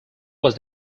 was